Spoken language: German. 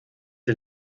den